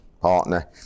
partner